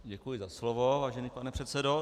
Děkuju za slovo, vážený pane předsedo.